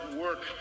work